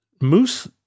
Moose